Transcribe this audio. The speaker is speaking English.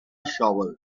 shovel